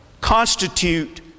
constitute